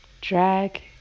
Drag